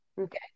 Okay